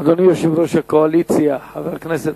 אדוני יושב-ראש הקואליציה, חבר הכנסת,